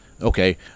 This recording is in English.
okay